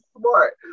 smart